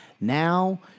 Now